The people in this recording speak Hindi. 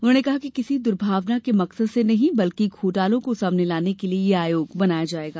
उन्होंने कहा कि किसी दुर्भावना के मकसद से नहीं बल्कि घोटालों को सामने लाने के लिए यह आयोग बनाया जायेगा